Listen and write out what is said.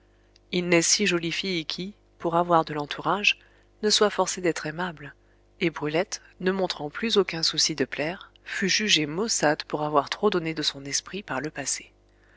il n'est si jolie fille qui pour avoir de l'entourage ne soit forcée d'être aimable et brulette ne montrant plus aucun souci de plaire fut jugée maussade pour avoir trop donné de son esprit par le passé